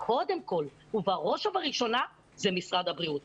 הוא קודם כול ובראש ובראשונה משרד הבריאות.